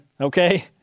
okay